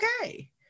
okay